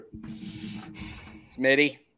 smitty